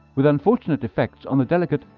with unfortunate effects on the like ah